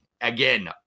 Again